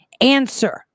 answer